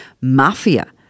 mafia